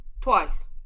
Twice